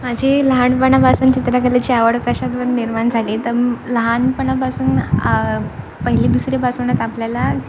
माझी लहानपणापासून चित्रकलेची आवड कशातून निर्माण झाली तर लहानपणापासून पहिली दुसरी पासूनच आपल्याला